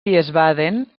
wiesbaden